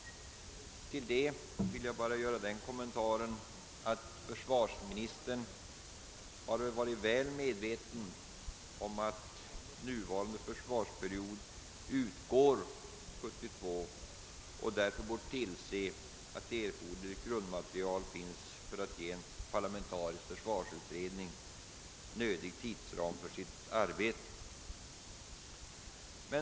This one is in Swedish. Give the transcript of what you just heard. Till detta vill jag bara göra den kommentaren, att försvarsministern varit väl medveten om att nuvarande försvarsperiod utgår 1972 och därför bort tillse att erforder ligt grundmaterial finns för att ge en parlamentarisk försvarsutredning nödig tidsram för sitt arbete.